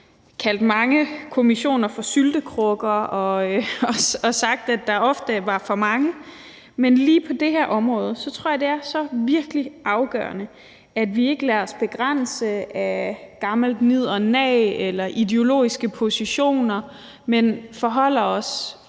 kaldt mange kommissioner for syltekrukker og også sagt, at der ofte var for mange, men lige på det her område tror jeg det er så virkelig afgørende, at vi ikke lader os begrænse af gammelt nid og nag eller ideologiske positioner, men forholder os